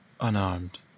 unarmed